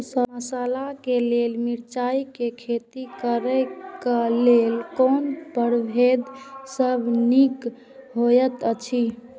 मसाला के लेल मिरचाई के खेती करे क लेल कोन परभेद सब निक होयत अछि?